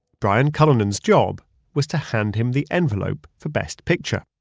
brian cullinan's job was to hand him the envelope for best picture.